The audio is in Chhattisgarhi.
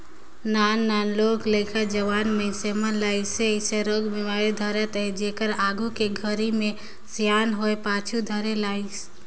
नान नान लोग लइका, जवान मइनसे मन ल अइसे अइसे रोग बेमारी धरत अहे जेहर आघू के घरी मे सियान होये पाछू धरे लाइस